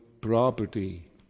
property